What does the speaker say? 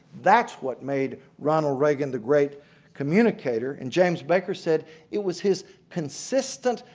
that's what made ronald reagan the great communicator. and james baker said it was his consistent,